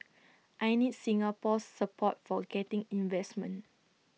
I need Singapore's support for getting investment